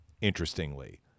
interestingly